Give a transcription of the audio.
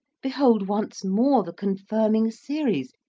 behold once more the con firming series,